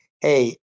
hey